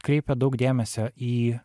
kreipia daug dėmesio į